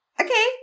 Okay